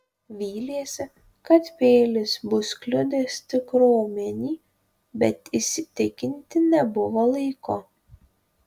vylėsi kad peilis bus kliudęs tik raumenį bet įsitikinti nebuvo laiko